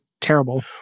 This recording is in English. terrible